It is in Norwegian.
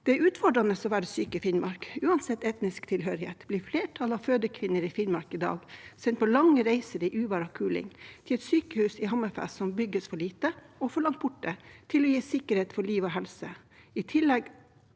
Det er utfordrende å være syk i Finnmark. Uansett etnisk tilhørighet blir flertallet av fødekvinner i Finnmark i dag sendt på lange reiser i uvær og kuling til et sykehus i Hammerfest som blir bygd for lite og for langt borte til å gi sikkerhet for liv og helse,